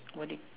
what thing